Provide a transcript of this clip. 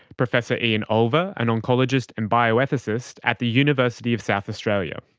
professor ian olver, an oncologist and bioethicist at the university of south australia.